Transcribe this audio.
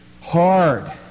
hard